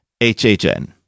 HHN